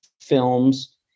films